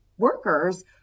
Workers